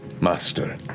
master